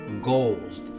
goals